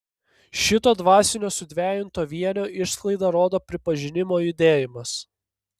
šito dvasinio sudvejinto vienio išsklaidą rodo pripažinimo judėjimas